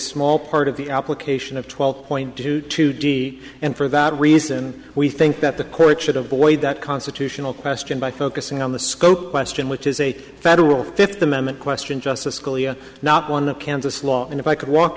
small part of the application of twelve point two two d and for that reason we think that the court should avoid that constitutional question by focusing on the scope question which is a federal fifth amendment question justice scalia not one kansas law and if i could walk